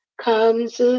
comes